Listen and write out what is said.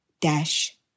dash